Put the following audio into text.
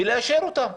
ולאשר אותם.